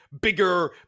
bigger